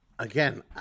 Again